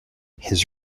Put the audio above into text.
his